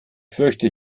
fürchte